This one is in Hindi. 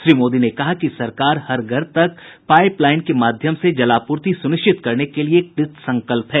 श्री मोदी ने कहा कि सरकार हर घर तक पाईप लाईन के माध्यम से जलापूर्ति सुनिश्चित करने के लिये कृतसंकल्प है